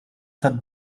tad